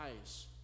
eyes